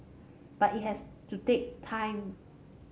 but it has to take time